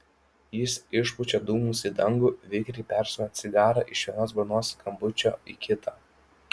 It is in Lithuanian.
jis išpučia dūmus į dangų vikriai perstumia cigarą iš vieno burnos kampučio į kitą